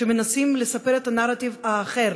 שמנסים לספר את הנרטיב האחר